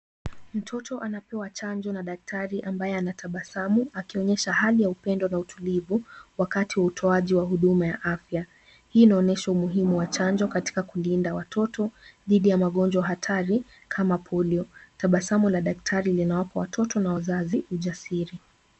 Mtoto anapewa chanjo na daktari ambaye anatabasamu akionyesha hali ya upendo na utulivu wakati wa utoaji wa huduma ya afya. Hii inaonYesha umuhimu wa chanjo katika kulinda watoto dhidi ya magonjwa hatari kama polio. Tabasamu la daktari linawapa watoto na wazazi ujasiri.